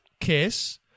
kiss